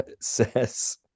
says